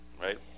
Right